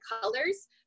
colors